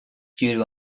studio